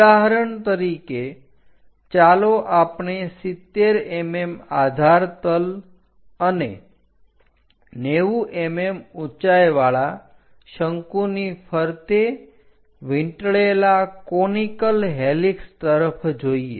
ઉદાહરણ તરીકે ચાલો આપણે 70 mm આધાર તલ અને 90 mm ઊંચાઈવાળા શંકુની ફરતે વીંટળેલા કોનીકલ હેલિક્ષ તરફ જોઈએ